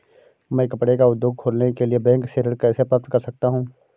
मैं कपड़े का उद्योग खोलने के लिए बैंक से ऋण कैसे प्राप्त कर सकता हूँ?